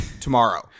tomorrow